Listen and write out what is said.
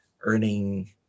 Earning